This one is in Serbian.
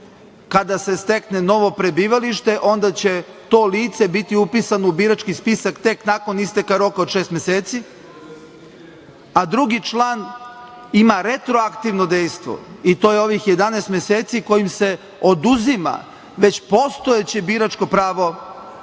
kada se stekne novo prebivalište onda će to lice biti upisano u birački spisak, tek nakon isteka roka od šest meseci, a drugi član ima retroaktivno dejstvo i to je ovih 11 meseci kojim se oduzima već postojeće biračko pravo